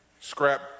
scrap